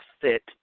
fit